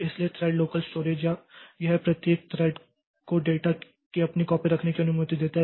इसलिए thread local storage यह प्रत्येक थ्रेड को डेटा की अपनी कॉपी रखने की अनुमति देता है